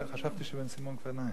חשבתי שבן-סימון כבר נאם.